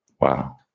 Wow